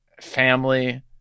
family